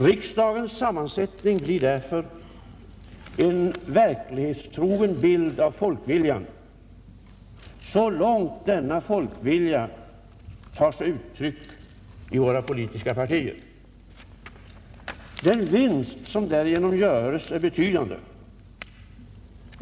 Riksdagens sammansättning blir därför en verklighetstrogen bild av folkviljan, så långt denna tar sig uttryck i våra politiska partier. Den vinst, som därigenom göres, är betydande.